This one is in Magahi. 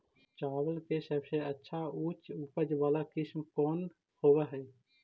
चावल के सबसे अच्छा उच्च उपज चावल किस्म कौन होव हई?